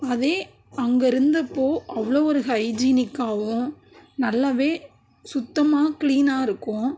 அதே அங்கே இருந்தப்போ அவ்வளோ ஒரு ஹைஜீனிக்காகவும் நல்லாவே சுத்தமாக க்ளீனாகருக்கும்